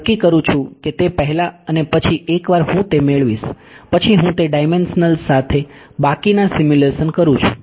હું નક્કી કરું છું કે તે પહેલાં અને પછી એકવાર હું તે મેળવીશ પછી હું તે ડાયમેન્શન સાથે બાકીના સિમ્યુલેશન્સ કરું છું